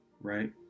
right